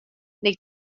neu